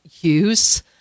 use